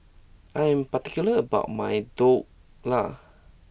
I am particular about my Dhokla